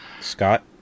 Scott